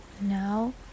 Now